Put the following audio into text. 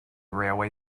railway